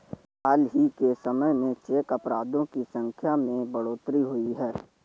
हाल ही के समय में चेक अपराधों की संख्या में बढ़ोतरी हुई है